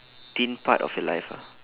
part of your life ah